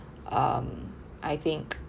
um I think